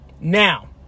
Now